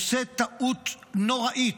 עושה טעות נוראית,